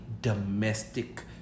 domestic